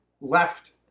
left